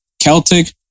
Celtic